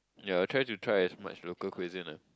ya I try to try as much local cuisine ah